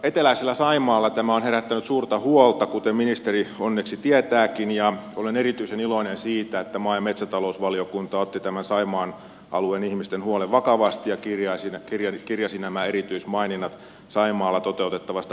eteläisellä saimaalla tämä on herättänyt suurta huolta kuten ministeri onneksi tietääkin ja olen erityisen iloinen siitä että maa ja metsätalousvaliokunta otti tämän saimaan alueen ihmisten huolen vakavasti ja kirjasi nämä erityismaininnat saimaalla toteutettavasta pilotointihankkeesta